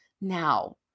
now